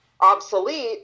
obsolete